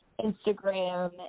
Instagram